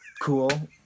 cool